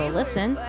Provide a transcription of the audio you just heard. listen